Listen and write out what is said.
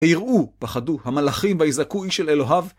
היראו, פחדו, המלאכים ויזעקו איש אל אלוהיו.